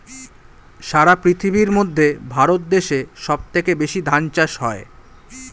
সারা পৃথিবীর মধ্যে ভারত দেশে সব থেকে বেশি ধান চাষ হয়